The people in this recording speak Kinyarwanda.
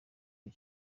nta